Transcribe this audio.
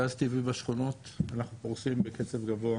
גז טבעי בשכונות אנחנו פורסים בקצב גבוה.